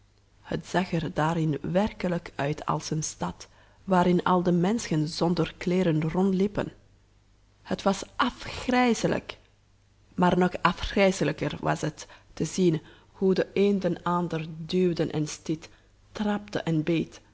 het zag er daarin werkelijk uit als een stad waarin al de menschen zonder kleeren rondliepen het was afgrijselijk maar nog afgrijselijker was het te zien hoe de een den ander duwde en stiet trapte en beet